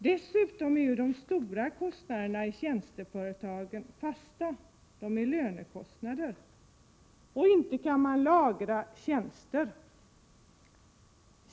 Dessutom är de stora kostnaderna i tjänsteföretagen, lönekostnaderna, fasta. Och inte kan man lagra tjänster.